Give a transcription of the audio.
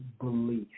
belief